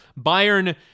Bayern